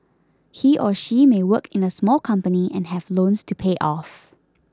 he or she may work in a small company and have loans to pay off